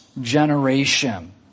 generation